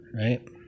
right